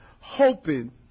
hoping